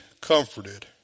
comforted